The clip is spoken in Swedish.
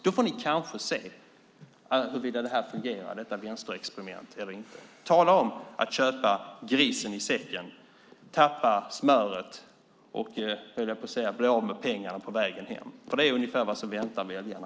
Då får de kanske se huruvida detta vänsterexperiment fungerar eller inte. Tala om att köpa grisen i säcken eller sälja smöret och tappa pengarna på vägen hem. Det är ungefär vad som väntar väljarna.